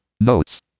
Notes